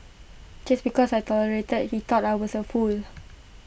just because I tolerated he thought I was A fool